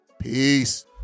peace